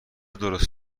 درست